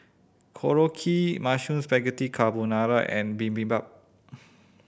Korokke Mushroom Spaghetti Carbonara and Bibimbap